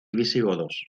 visigodos